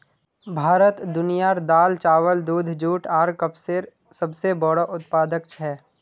भारत दुनियार दाल, चावल, दूध, जुट आर कपसेर सबसे बोड़ो उत्पादक छे